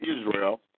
Israel